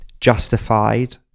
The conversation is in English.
justified